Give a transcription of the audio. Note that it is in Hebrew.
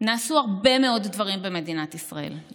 נעשו הרבה מאוד דברים במדינת ישראל,